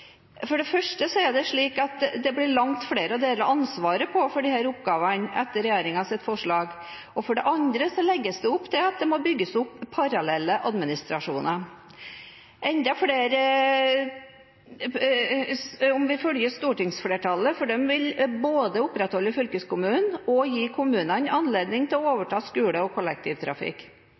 For det første er det slik at det blir langt flere å dele ansvaret for disse oppgavene på etter regjeringens forslag. For det andre legges det opp til at det må bygges opp parallelle administrasjoner, om vi følger stortingsflertallet, for de vil både opprettholde fylkeskommunen og gi kommunene anledning til å